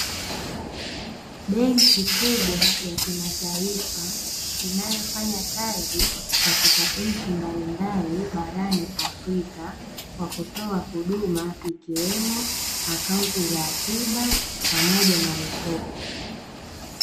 Benki kubwa ya kimataifa inyofanyakazi katika nchi mbalimbali barani Afrika kwa kutoa huduma ikiwemo akaunti za akiba pamoja na mikopo.